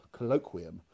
colloquium